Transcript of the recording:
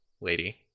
lady